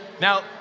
now